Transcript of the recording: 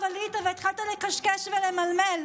עכשיו עלית והתחלת לקשקש ולמלמל.